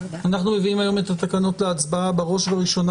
אנחנו מביאים את התקנות להצבעה בראש ובראשונה